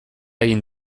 egin